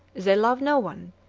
they love no one,